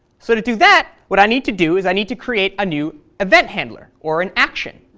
so to do that what i need to do is i need to create a new event handler or an action.